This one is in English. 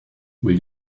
will